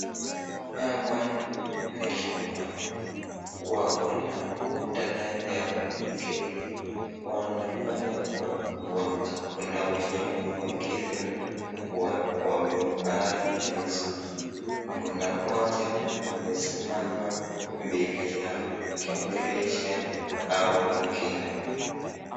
Hawa ni wamama wako na mkutano yao peke yao, wanafanya kwa uwanja kuna wenye wameketi na wamevaa leso, kuna mmoja amesimama mbele yao akiongelesha hao wengine.